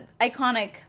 iconic